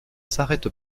s’arrête